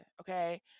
okay